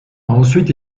ensuite